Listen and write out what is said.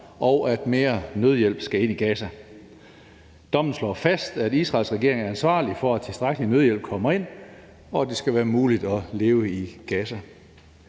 og at mere nødhjælp skal ind i Gaza. Dommen slår fast, at Israels regering er ansvarlig for, at tilstrækkelig nødhjælp kommer ind, og at det skal være muligt at leve i Gaza.